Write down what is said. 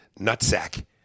Nutsack